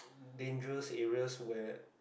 dangerous area where